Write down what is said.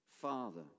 Father